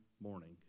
morning